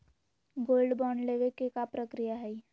Gold bond लेवे के का प्रक्रिया हई?